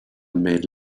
made